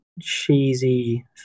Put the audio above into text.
cheesy